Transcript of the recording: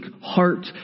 heart